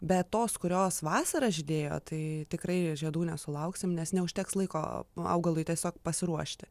bet tos kurios vasarą žydėjo tai tikrai žiedų nesulauksim nes neužteks laiko augalui tiesiog pasiruošti